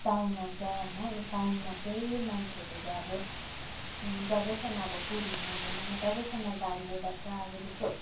साउन आउँछ होइन अब साउनमा चाहिँ मान्छेहरूले अब जबसम्म अब पूर्णे आउँदैन तबसम्म बार्ने गर्छ अब जस्तो